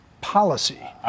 policy